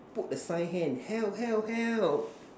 put the sign hand help help help